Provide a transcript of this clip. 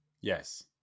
yes